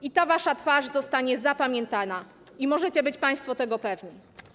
I ta wasza twarz zostanie zapamiętana, możecie być państwo tego pewni.